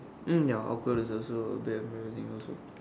mm ya awkward is also a bit of embarrassing also